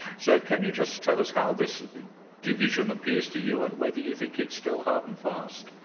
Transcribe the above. so can you just tell us how this division appears to you and whether you think it's still hard and fast?